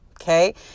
Okay